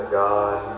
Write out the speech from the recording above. god